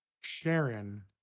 Sharon